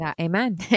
Amen